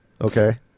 Okay